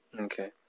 Okay